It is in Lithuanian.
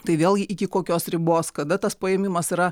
tai vėl iki kokios ribos kada tas paėmimas yra